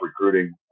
recruiting